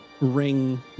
Ring